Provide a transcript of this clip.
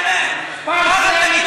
אנזל, אנזל.